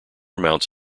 amounts